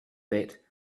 bit